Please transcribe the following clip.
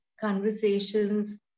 conversations